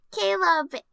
Caleb